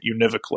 univocally